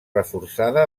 reforçada